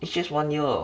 but it's just one year